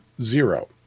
zero